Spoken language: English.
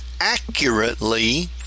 accurately